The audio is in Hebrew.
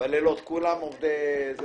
בלילות, כאילו כולם פועלים, כולם עובדי כפיים.